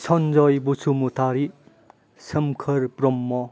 सन्जय बसुमतारी सोमखोर ब्रह्म